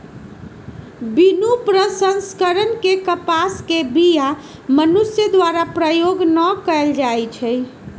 बिनु प्रसंस्करण के कपास के बीया मनुष्य द्वारा प्रयोग न कएल जाइ छइ